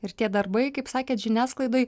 ir tie darbai kaip sakėt žiniasklaidoj